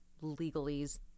legalese